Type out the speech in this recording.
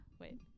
Wait